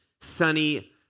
sunny